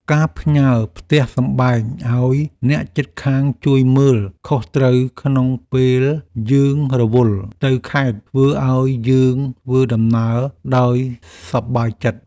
ការផ្ញើផ្ទះសម្បែងឱ្យអ្នកជិតខាងជួយមើលខុសត្រូវក្នុងពេលយើងរវល់ទៅខេត្តធ្វើឱ្យយើងធ្វើដំណើរដោយសប្បាយចិត្ត។